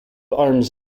arms